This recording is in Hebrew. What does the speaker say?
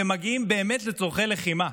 ומגיעים באמת לצורכי לחימה.